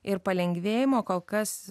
ir palengvėjimo kol kas